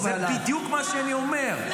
זה בדיוק מה שאני אומר.